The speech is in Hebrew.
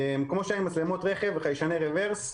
כמו שהיה עם מצלמות רכב וחיישני רברס.